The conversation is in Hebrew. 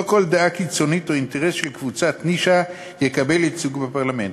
לא כל דעה קיצונית או אינטרס של קבוצת נישה יקבל ייצוג בפרלמנט,